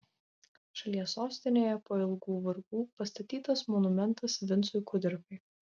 šalies sostinėje po ilgų vargų pastatytas monumentas vincui kudirkai